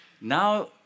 Now